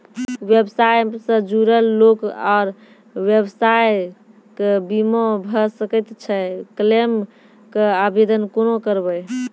व्यवसाय सॅ जुड़ल लोक आर व्यवसायक बीमा भऽ सकैत छै? क्लेमक आवेदन कुना करवै?